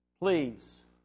Please